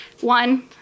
One